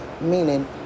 meaning